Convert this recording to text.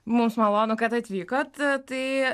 mums malonu kad atvykot tai